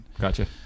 Gotcha